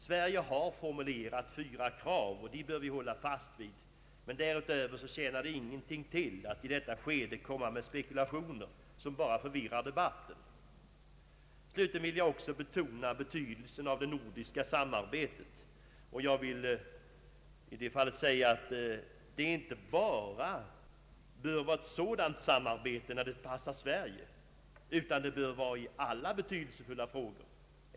Sverige har formulerat fyra krav och dem bör vi hålla fast vid, men därutöver tjänar det ingenting till att i detta skede komma med spekulationer som bara förvirrar debatten. Slutligen vill jag betona betydelsen av det nordiska samarbetet, och jag vill säga att det inte bör vara ett sådant samarbete bara när det passar Sverige utan det bör vara i alla betydelsefulla frågor.